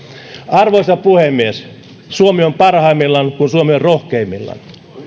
arvoisa puhemies suomi on parhaimmillaan kun suomi on rohkeimmillaan